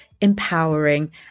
empowering